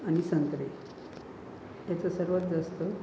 आणि संत्रे त्याचं सर्वात जास्त